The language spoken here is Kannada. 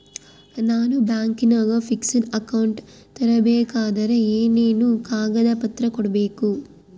ನಾನು ಬ್ಯಾಂಕಿನಾಗ ಫಿಕ್ಸೆಡ್ ಅಕೌಂಟ್ ತೆರಿಬೇಕಾದರೆ ಏನೇನು ಕಾಗದ ಪತ್ರ ಕೊಡ್ಬೇಕು?